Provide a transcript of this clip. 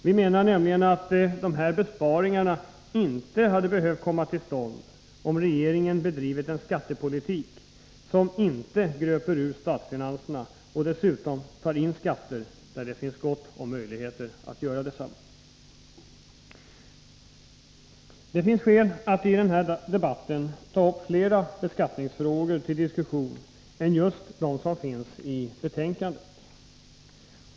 Vi menar nämligen att dessa besparingar inte hade behövt komma till stånd, om regeringen bedrivit en skattepolitik som inte urgröpt statsfinanserna utan där man i stället tagit in skatter på områden där det funnits gott om möjligheter att göra det. Fru talman! Det finns skäl att i denna debatt ta upp fler beskattningsfrågor till diskussion än just dem som finns i detta betänkande.